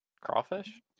Crawfish